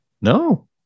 No